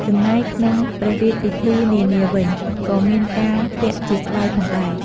ចំណែកក្នុងព្រះរាជពិធីនានាវិញ ក៏មានការពាក់ជាស្បៃផងដែរ។